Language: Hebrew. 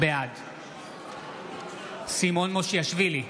בעד סימון מושיאשוילי,